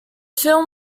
film